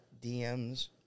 DMs